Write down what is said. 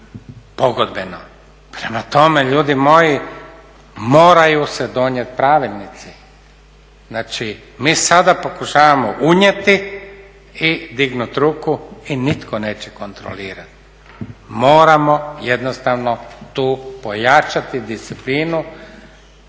pogodbeno. Prema tome, ljudi moji moraju se donijeti pravilnici. Mi sada pokušavamo unijeti i dignuti ruku i nitko neće kontrolirati. Moramo jednostavno tu pojačati disciplinu